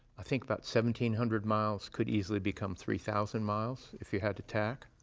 i think about seventeen hundred miles could easily become three thousand miles, if you had to tack.